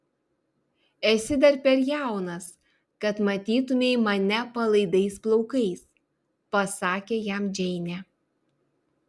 esi dar per jaunas kad matytumei mane palaidais plaukais pasakė jam džeinė